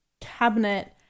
cabinet